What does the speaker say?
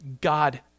God